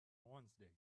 wednesday